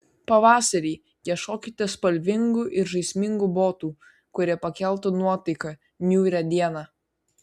pavasarį ieškokite spalvingų ir žaismingų botų kurie pakeltų nuotaiką niūrią dieną